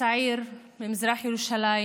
הצעיר ממזרח ירושלים,